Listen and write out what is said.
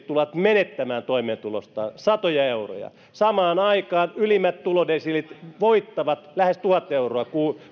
tulevat menettämään toimeentulostaan satoja euroja samaan aikaan ylimmät tulodesiilit voittavat lähes tuhat euroa